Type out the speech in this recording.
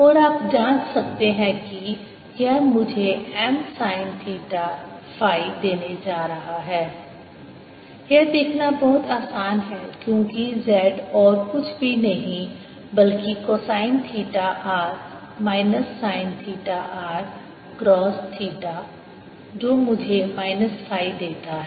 और आप जांच सकते हैं कि यह मुझे M sine थीटा फाई देने जा रहा है यह देखना बहुत आसान है क्योंकि z और कुछ भी नहीं बल्कि cosine theta r minus sine theta r cross theta जो मुझे माइनस फाई देता है